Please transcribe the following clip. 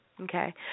okay